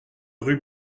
rue